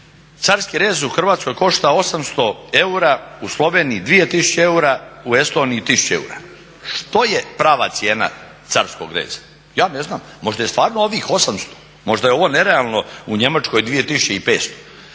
Carski rez u Hrvatskoj košta 800 eura, u Sloveniji 2000 eura, u Estoniji 1000 eura. Što je prava cijena carskog reza? Ja ne znam. Možda je stvarno ovih 800, možda je ovo nerealno u Njemačkoj 2500.